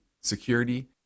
security